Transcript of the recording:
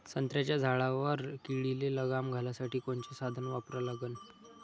संत्र्याच्या झाडावर किडीले लगाम घालासाठी कोनचे साधनं वापरा लागन?